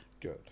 Good